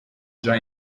già